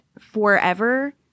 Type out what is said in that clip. forever